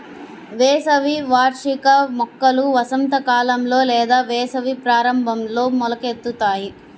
వేసవి వార్షిక మొక్కలు వసంతకాలంలో లేదా వేసవి ప్రారంభంలో మొలకెత్తుతాయి